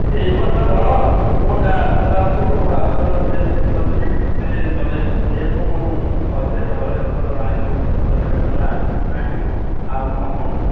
ଟିକେ ଏଇ ବର୍ଷ ରହ ମୁଁ ତା ଆସନ୍ତା ବର୍ଷକୁ ଆଉ ତୋର ଶ୍ରୀପଞ୍ଚମୀ କି ସେ ନହେଲେ ଇଏକୁ ମୁଁ କରିଦେବି ହଳେ ତୋର ଆଣିବୁ ଯଦି ଭଲ ଡ୍ରେସ୍ ହଳେ ଆଣେ ଆଣିବୁ ଆଉ ମୁଁ